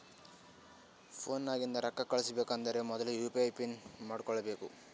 phone ನಾಗಿಂದೆ ರೊಕ್ಕಾ ಕಳುಸ್ಬೇಕ್ ಅಂದರ್ ಮೊದುಲ ಯು ಪಿ ಐ ಪಿನ್ ಮಾಡ್ಕೋಬೇಕ್